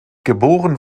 geboren